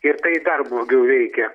ir tai dar blogiau veikia